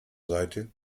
seite